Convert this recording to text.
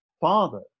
father